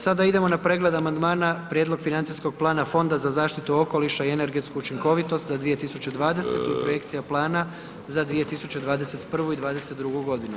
Sada idemo na pregled amandman Prijedlog financijskog plana Fonda za zaštitu okoliša i energetsku učinkovitost za 2020. i Projekcija plana za 2021. i 2022. godinu.